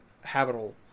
habitable